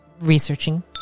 researching